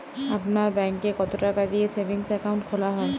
আপনার ব্যাংকে কতো টাকা দিয়ে সেভিংস অ্যাকাউন্ট খোলা হয়?